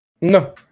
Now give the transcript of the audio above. No